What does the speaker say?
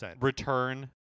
return